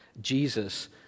Jesus